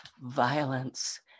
violence